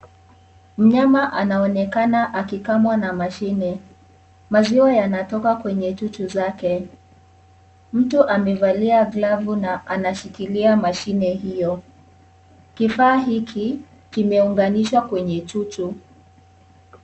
Mnyama anaonekana akikamwa na mashine maziwa yanatoka kwenye chuchu zake, mtu amevalia glavu na anashikilia mashine hiyo kifaa hiki kimeunganishwa kwenye chuchu.